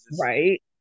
right